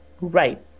Right